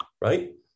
right